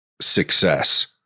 success